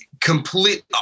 complete